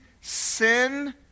sin